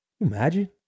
Imagine